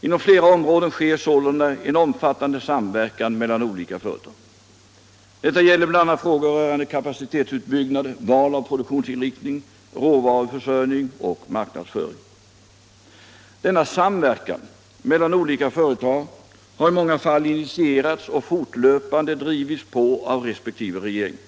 Inom flera områden sker sålunda en omfattande samverkan mellan olika företag. Detta gäller bl.a. frågor rörande kapacitetsutbyggnad, val av produktionsinriktning, råvaruförsörjning och marknadsföring. Denna samverkan mellan olika företag har i många fall initierats och fortlöpande drivits på av respektive regering.